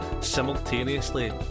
simultaneously